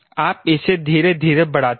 आप इसे धीरे धीरे बढ़ाते हैं